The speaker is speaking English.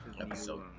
episode